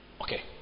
Okay